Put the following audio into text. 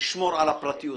לשמור על הפרטיות.